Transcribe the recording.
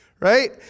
Right